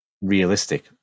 realistic